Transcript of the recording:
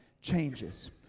changes